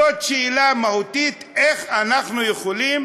זאת שאלה מהותית: איך אנחנו יכולים